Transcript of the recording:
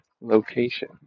location